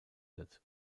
wird